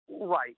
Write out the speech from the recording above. right